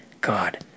god